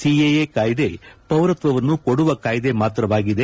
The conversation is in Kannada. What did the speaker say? ಸಿಎಎ ಕಾಯ್ದೆ ಪೌರತ್ವವನ್ನು ಕೊಡುವ ಕಾಯ್ದೆ ಮಾತ್ರವಾಗಿದೆ